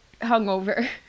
hungover